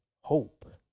hope